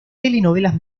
telenovelas